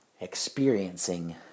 experiencing